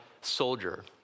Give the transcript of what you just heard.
soldier